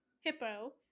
hippo